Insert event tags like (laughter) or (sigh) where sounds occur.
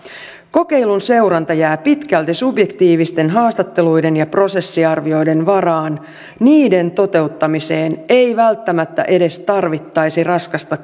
kokeilun seuranta jää pitkälti subjektiivisten haastatteluiden ja prosessiarvioiden varaan niiden toteuttamiseen ei välttämättä edes tarvittaisi raskasta (unintelligible)